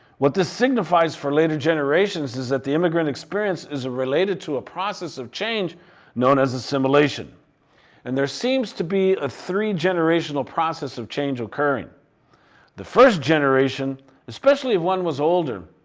what this signifies for later generations is that the immigrant experience is related to a process of change known as assimilation and there seems to be a three generational process of change occurring the first generation especially if one was older